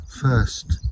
First